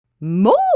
More